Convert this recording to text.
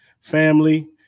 Family